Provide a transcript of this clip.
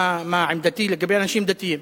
מה עמדתי לגבי אנשים דתיים?